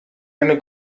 eine